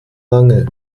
lange